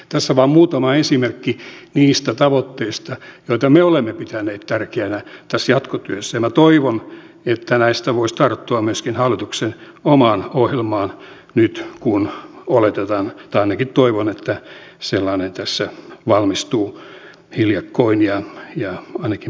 tässä vain muutama esimerkki niistä tavoitteista joita me olemme pitäneet tärkeänä tässä jatkotyössä ja minä toivon että näistä voisi tarttua myöskin hallituksen omaan ohjelmaan nyt kun oletetaan tai ainakin toivon että sellainen tässä valmistuu hiljakkoin ainakin me toivoisimme sitä